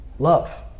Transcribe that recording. Love